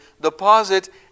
deposit